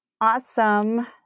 Awesome